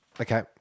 Okay